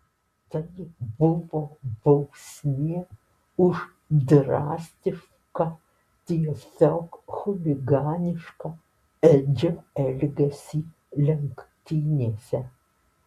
tai buvo bausmė už drastišką tiesiog chuliganišką edžio elgesį lenktynėse